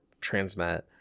transmet